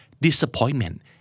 disappointment